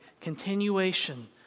continuation